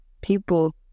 people